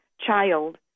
child